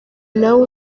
nawe